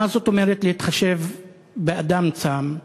מה זאת אומרת להתחשב באדם צם?